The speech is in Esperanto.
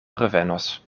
revenos